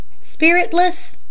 Spiritless